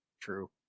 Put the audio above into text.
true